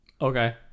Okay